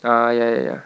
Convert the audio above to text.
ah ya ya ya